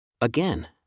Again